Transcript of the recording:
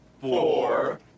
four